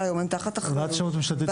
שהיום הם תחת אחריות ועדת השמות הממשלתית.